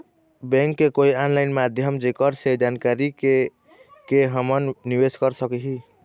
Bank के कोई online माध्यम जेकर से जानकारी के के हमन निवेस कर सकही?